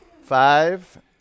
Five